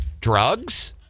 Drugs